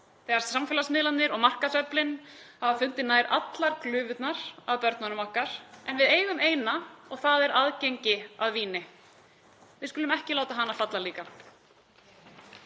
þegar samfélagsmiðlarnir og markaðsöflin hafa fundið nær allar glufurnar að börnunum okkar. En við eigum eina vörn og það er aðgengi að víni. Við skulum ekki láta hana falla líka.